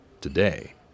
Today